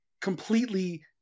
completely